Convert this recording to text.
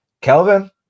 Kelvin